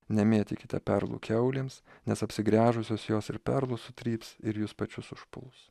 nemėtykite perlų kiaulėms nes apsigręžusios jos ir perlus sutryps ir jus pačius užpuls